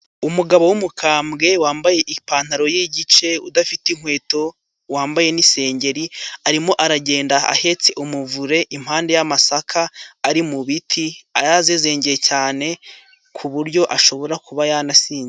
Umugabo w'umukambwe wambaye ipantaro y'igice, udafite inkweto, wambaye n'isengeri. Arimo aragenda ahetse umuvure impande y'amasaka ari mu biti, yazezengeye cyane ku uburyo ashobora kuba yaranasinze.